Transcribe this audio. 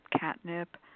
catnip